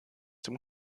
dem